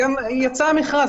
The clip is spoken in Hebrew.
גם יצא מכרז.